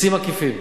מסים עקיפים,